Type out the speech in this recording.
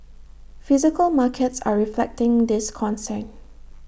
physical markets are reflecting this concern